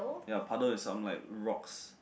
ya puddle with some like rocks